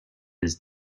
his